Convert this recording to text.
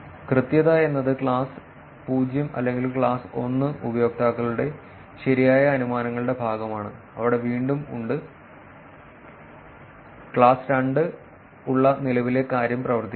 കൃത്യത എന്നത് ക്ലാസ് 0 അല്ലെങ്കിൽ ക്ലാസ് 1 ഉപയോക്താക്കളുടെ ശരിയായ അനുമാനങ്ങളുടെ ഭാഗമാണ് അവിടെ വീണ്ടും ഉണ്ട് സമയം കാണുക 2258 ക്ലാസ് 2 ഉള്ള നിലവിലെ കാര്യം പ്രവർത്തിക്കില്ല